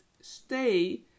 stay